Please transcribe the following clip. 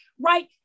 right